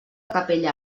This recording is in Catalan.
capella